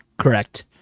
correct